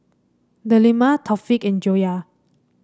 Delima Taufik and Joyah